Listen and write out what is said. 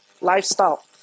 lifestyle